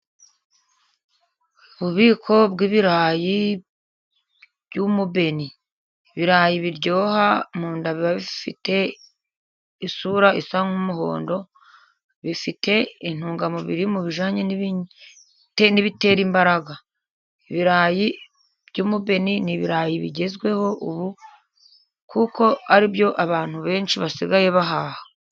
Ububiko bw'birayi by'umubeno, ibirayi biryoha mu nda biba bifite isura isa nk'umuhondo, bifite intungamubiri mu bijyanye n'ibitera imbaraga, ibirayi by'umubeno n'ibirayi bigezweho ubu , kuko aribyo abantu benshi basigaye bahaha.